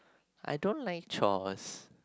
I don't like chores